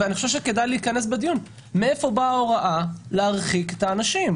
ואני חושב שצריך להיכנס לזה בדיון- מאיפה באה ההוראה להרחיק את האנשים?